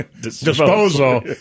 disposal